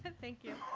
and thank you.